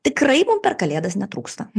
tikrai mum per kalėdas netrūksta